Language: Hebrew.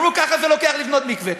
אמרו: ככה זה לוקח לבנות מקווה.